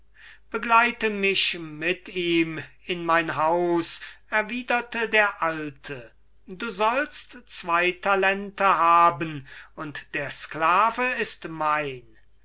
begleite mich mit ihm in mein haus erwiderte der alte du sollst zwei talente haben und der sklave ist mein